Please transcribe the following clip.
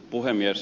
puhemies